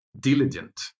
diligent